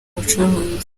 bucuruzi